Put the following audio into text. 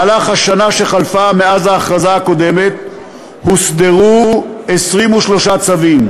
בשנה שחלפה מאז ההכרזה הקודמת הוסדרו 23 צווים.